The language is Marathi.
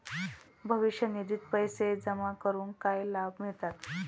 भविष्य निधित पैसे जमा करून काय लाभ मिळतात?